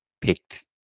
picked